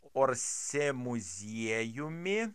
orsė muziejumi